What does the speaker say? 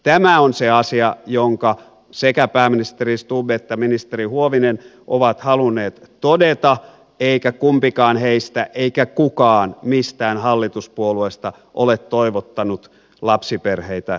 tämä on se asia jonka sekä pääministeri stubb että ministeri huovinen ovat halunneet todeta eikä kumpikaan heistä eikä kukaan mistään hallituspuolueesta ole toivottanut lapsiperheitä toimeentulotukiluukulle